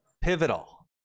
pivotal